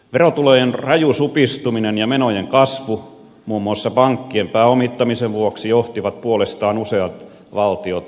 verotulojen raju supistuminen ja menojen kasvu muun muassa pankkien pääomittamisen vuoksi johtivat puolestaan useat valtiot ongelmiin